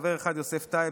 חבר אחד: יוסף טייב,